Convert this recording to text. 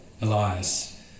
Elias